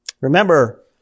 Remember